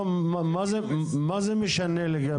מה זה משנה?